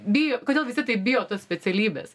bijo kodėl visi taip bijo tos specialybės